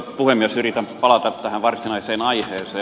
yritän palata tähän varsinaiseen aiheeseen